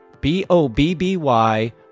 B-O-B-B-Y